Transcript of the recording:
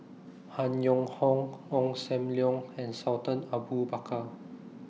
Han Yong Hong Ong SAM Leong and Sultan Abu Bakar